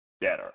better